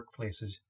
workplaces